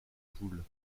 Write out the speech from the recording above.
poules